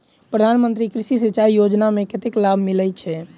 प्रधान मंत्री कृषि सिंचाई योजना मे कतेक लाभ मिलय छै?